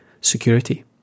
security